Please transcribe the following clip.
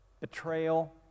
betrayal